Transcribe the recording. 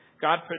God